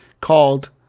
called